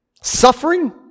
suffering